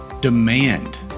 Demand